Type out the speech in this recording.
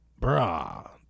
Bruh